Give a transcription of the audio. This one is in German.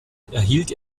erhielt